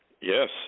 Yes